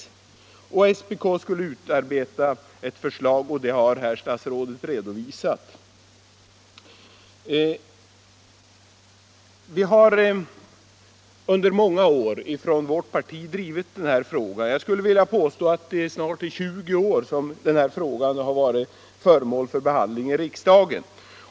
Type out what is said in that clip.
SPK skulle utarbeta ett förslag, och det har herr statsrådet redovisat. Vi har under många år från vårt parti drivit den här frågan. Jag skulle vilja påstå att det är i snart 20 år som den här frågan varit föremål för behandling i riksdagen.